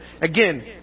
Again